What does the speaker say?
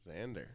Xander